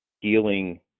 healing